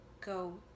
go